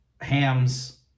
Ham's